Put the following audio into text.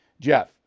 Jeff